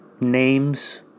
names